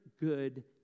good